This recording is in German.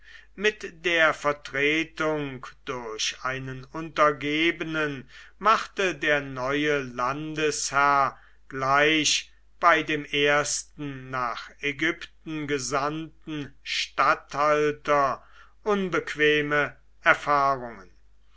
mit der vertretung durch einen untergebenen machte der neue landesherr gleich bei dem ersten nach ägypten gesandten statthalter unbequeme erfahrungen